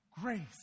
grace